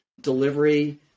delivery